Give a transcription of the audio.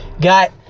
got